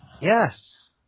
Yes